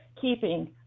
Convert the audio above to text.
keeping